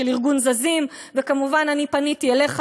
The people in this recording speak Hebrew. של ארגון "זזים" וכמובן אני פניתי אליך,